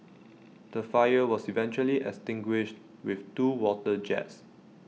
the fire was eventually extinguished with two water jets